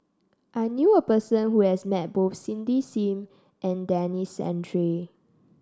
I knew a person who has met both Cindy Sim and Denis Santry